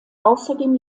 außerdem